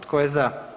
Tko je za?